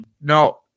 No